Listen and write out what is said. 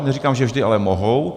Neříkám, že vždy, ale mohou.